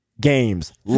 games